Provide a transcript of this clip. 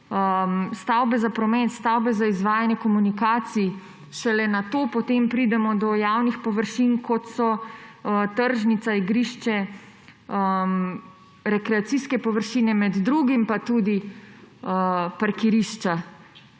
stavbe za promet, stavbe za izvajanje komunikacij, šele nato potem pridemo do javnih površin, kot so tržnica, igrišče, rekreacijske površine, med drugim pa tudi parkirišča.